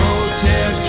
Hotel